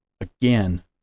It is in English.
again